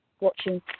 watching